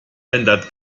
ändert